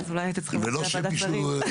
אולי הייתם צריכים להגיע לוועדת השרים,